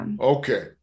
okay